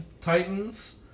Titans